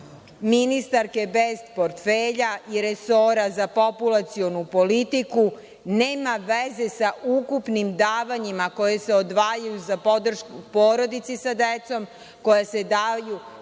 ministarke bez portfelja i resora za populacionu politiku nema veze sa ukupnim davanjima koja se odvajaju za podršku porodici sa decom, koja se daju